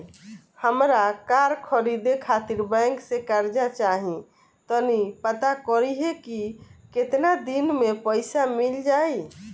हामरा कार खरीदे खातिर बैंक से कर्जा चाही तनी पाता करिहे की केतना दिन में पईसा मिल जाइ